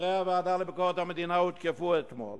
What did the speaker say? חברי הוועדה לביקורת המדינה הותקפו אתמול.